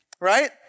right